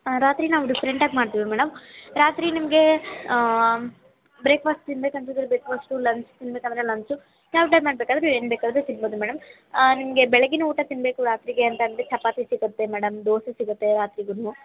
ರಾತ್ರಿ ನಾವು ಡಿಫ್ರೆಂಟಾಗಿ ಮಾಡ್ತೀವಿ ಮೇಡಮ್ ರಾತ್ರಿ ನಿಮಗೆ ಬ್ರೇಕ್ಫಾಸ್ಟ್ ತಿನ್ಬೇಕು ಅನ್ಸಿದ್ರೆ ಬ್ರೇಕ್ಫಾಸ್ಟು ಲಂಚ್ ತಿನ್ಬೇಕು ಅಂದರೆ ಲಂಚು ಕ್ಯಾಲ್ಕ್ಯುಲೇಟ್ ಮಾಡಬೇಕಾದ್ರೆ ಏನುಬೇಕಾದ್ರು ತಿನ್ಬೋದು ಮೇಡಮ್ ನಿಮಗೆ ಬೆಳಗಿನ ಊಟ ತಿನ್ನಬೇಕು ರಾತ್ರಿಗೆ ಅಂತ ಅಂದರೆ ಚಪಾತಿ ಸಿಗುತ್ತೆ ಮೇಡಮ್ ದೋಸೆ ಸಿಗುತ್ತೆ ರಾತ್ರಿಗೂ